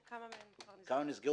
כמובן,